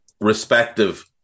respective